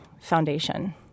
foundation